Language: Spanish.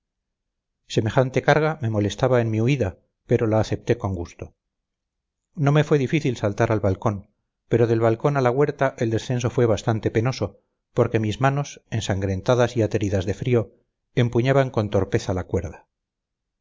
semejante carga me molestaba en mi huida pero la acepté con gusto no me fue difícil saltar al balcón pero del balcón a la huerta el descenso fue bastante penoso porque mis manos ensangrentadas y ateridas de frío empuñaban con torpeza la cuerda